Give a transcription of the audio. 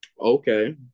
Okay